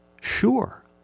Sure